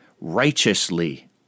righteously